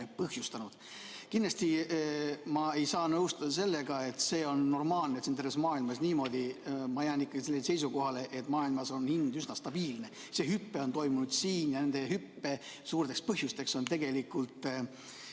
põhjustanud. Kindlasti ma ei saa nõustuda sellega, et see on normaalne, et see on nii terves maailmas. Ma jään ikkagi seisukohale, et [mujal] maailmas on hind üsna stabiilne. See hüpe on toimunud siin ja selle hüppe suureks põhjuseks on tegelikult